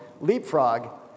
leapfrog